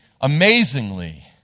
amazingly